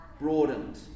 broadened